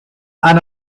and